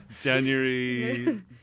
January